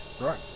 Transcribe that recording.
Right